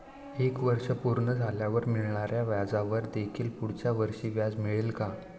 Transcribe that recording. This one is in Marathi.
एक वर्ष पूर्ण झाल्यावर मिळणाऱ्या व्याजावर देखील पुढच्या वर्षी व्याज मिळेल का?